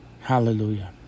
Hallelujah